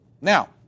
Now